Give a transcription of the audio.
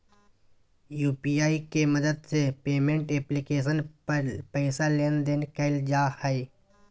UPI के मदद से पेमेंट एप्लीकेशन पर पैसा लेन देन कइल जा हइ